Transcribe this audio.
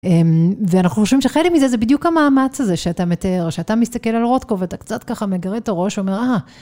ואנחנו חושבים שחלק מזה זה בדיוק המאמץ הזה שאתה מתאר, שאתה מסתכל על רודקוב ואתה קצת ככה מגרד את הראש ואומר, אהה.